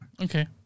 Okay